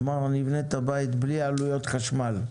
אמר שהוא יבנה את הבית בלי עלויות חשמל,